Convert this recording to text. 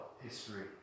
history